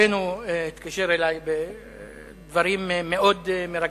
אכן, הוא התקשר אלי בדברים מאוד מרגשים.